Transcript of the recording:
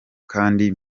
kandi